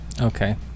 Okay